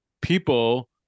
people